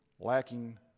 lacking